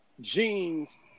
jeans